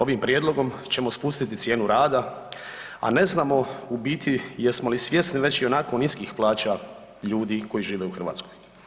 Ovim prijedlogom ćemo spustiti cijenu rada, a ne znamo u biti jesmo li svjesni već ionako niskih plaća ljudi koji žive u Hrvatskoj.